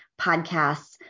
podcasts